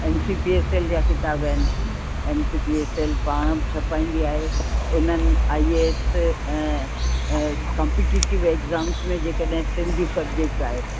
N C P S L जा किताब आहिनि N C P S L पाण बि छपाईंदी आहे उन्हनि I A S competitive exams में जेकॾहिं सिंधी सब्जेक्ट आहे